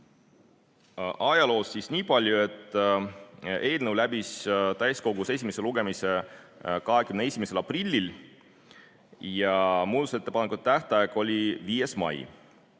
Ajaloost siis niipalju, et eelnõu läbis täiskogus esimese lugemise 21. aprillil ja muudatusettepanekute tähtaeg oli 5. mai.